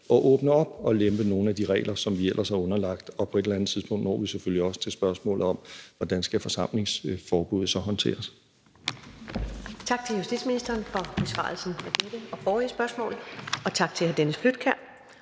at åbne op og lempe nogle af de regler, som vi ellers var underlagt, og på et eller andet tidspunkt når vi selvfølgelig også til spørgsmålet om, hvordan forsamlingsforbuddet så skal håndteres.